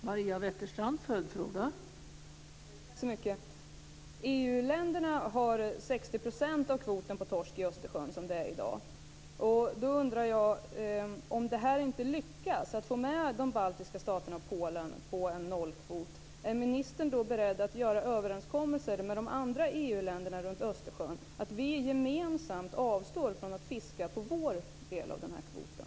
Fru talman! EU-länderna har 60 % av kvoten för torsk i Östersjön, som det är i dag. Om det inte lyckas att få med de baltiska staterna och Polen på en nollkvot, är ministern då beredd att göra överenskommelser med de andra EU-länderna runt Östersjön om att vi gemensamt avstår från att fiska på vår del av den här kvoten?